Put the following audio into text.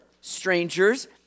strangers